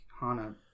Hana